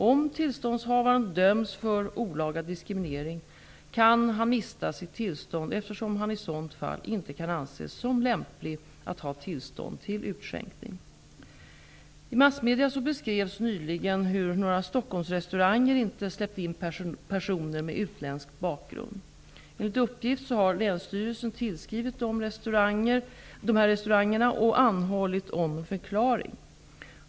Om tillståndshavaren döms för olaga diskriminering kan denne mista sitt tillstånd, eftersom denne i sådant fall inte kan anses som lämplig att ha tillstånd till utskänkning. I massmedierna beskrevs nyligen hur några Stockholmsrestauranger inte släppt in personer med utländskt bakgrund. Enligt uppgift har länsstyrelsen tillskrivit dessa restauranger och anhållit om förklaring.